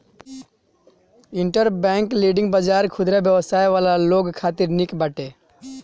interbank lending बाजार खुदरा व्यवसाय वाला लोग खातिर निक बाटे